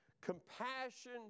compassion